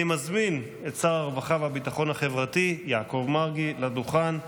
אני מזמין את שר הרווחה והביטחון החברתי יעקב מרגי אל הדוכן.